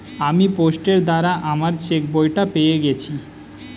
আমি পোস্টের দ্বারা আমার চেকবইটা পেয়ে গেছি